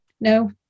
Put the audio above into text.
no